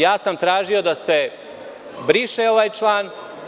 Ja sam tražio da se briše ovaj član.